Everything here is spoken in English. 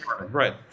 right